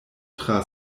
tra